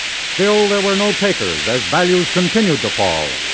still there were no takers as values continued to fall.